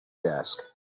desk